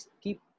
keep